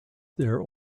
there